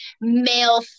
male